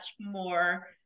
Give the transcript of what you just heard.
more